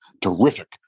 terrific